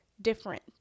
different